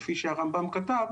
כפי שהרמב"ם כתב,